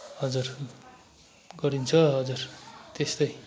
हजुर गरिन्छ हजुर त्यस्तै